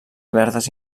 verdes